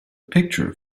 picture